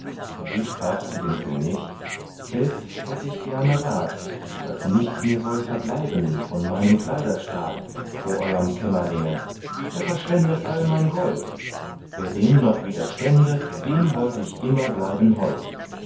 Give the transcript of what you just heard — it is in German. sie sprach zu dem könig des hätt ich gerne rat daß nichts mir soll verbleiben von meinem kleiderstaat vor euerm kämmerlinge er verschwendet all mein gold wer dem noch widerstände dem wollt ich immer bleiben hold